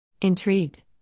Intrigued